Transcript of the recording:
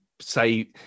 say